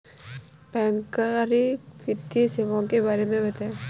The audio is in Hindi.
बैंककारी वित्तीय सेवाओं के बारे में बताएँ?